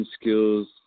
skills